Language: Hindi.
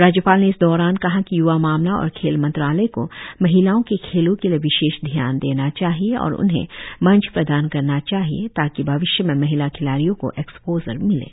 राज्यपाल ने इस दौरान कहा की युवा मामला और खेल मंत्रालय को महिलाओ के खेलों के लिए विशेष ध्यान देना चाहिए और उन्हें मंच प्रदान करना चाहिए ताकि भविष्य में महिला खिलाड़ियो को एक्सपोजर मिले